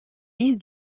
fils